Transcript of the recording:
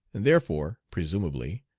and therefore, presumably,